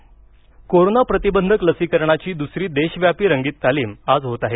लसीकरण रंगीततालीम कोरोना प्रतिबंधक लसीकरणाची दुसरी देशव्यापी रंगीत तालीम आज होत आहे